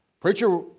Preacher